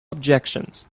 objections